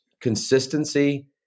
consistency